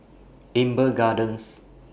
Amber Gardens